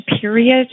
period